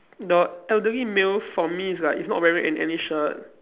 the elderly male for me is like he's not wearing an~ any shirt